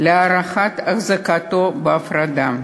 להארכת החזקתו בהפרדה.